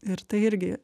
ir tai irgi